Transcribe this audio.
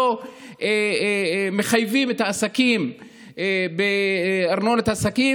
שלא מחייבות את העסקים בארנונת עסקים?